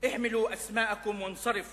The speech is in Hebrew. להלן תרגומם לעברית: